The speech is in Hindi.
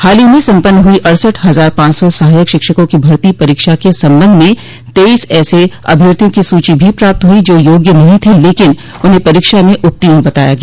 हाल ही में सम्पन्न हुई अड़सठ हजार पांच सौ सहायक शिक्षकों की भर्ती परीक्षा के संबंध में तेईस ऐसे अभ्यर्थियों की सूची भी प्राप्त हुई जो योग्य नहीं थे लेकिन उन्हें परीक्षा में उत्तीर्ण बताया गया